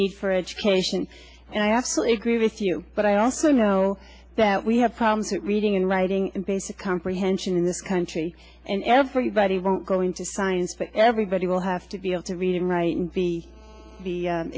need for education and i absolutely agree with you but i also know that we have problems with reading and writing and basic comprehension in this country and everybody will go into science but everybody will have to be able to read and write and be